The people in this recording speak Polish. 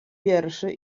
wierszy